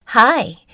Hi